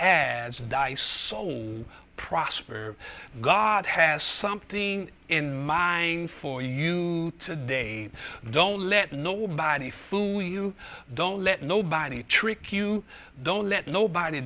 as dyce soul prosper god has something in mind for you they don't let nobody food you don't let nobody trick you don't let nobody